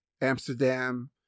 Amsterdam